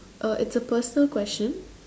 uh it's a personal question